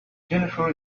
jennifer